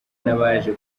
n’abaje